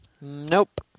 Nope